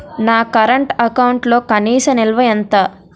నా కరెంట్ అకౌంట్లో కనీస నిల్వ ఎంత?